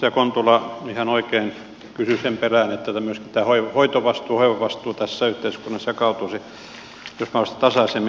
edustaja kontula ihan oikein kysyi sen perään että tämmöinen hoitovastuu hoivavastuu tässä yhteiskunnassa jakautuisi jos mahdollista tasaisemmin